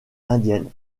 indienne